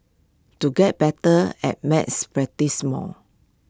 to get better at maths practise more